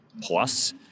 plus